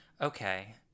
Okay